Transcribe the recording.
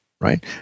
right